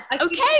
Okay